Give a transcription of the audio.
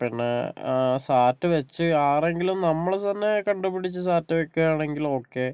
പിന്നെ സാറ്റ് വെച്ച് ആരെങ്കിലും നമ്മള് തന്നെ കണ്ടുപിടിച്ച് സാറ്റ് വെക്കുകയാണെങ്കിൽ ഓക്കെ